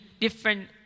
different